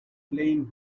playing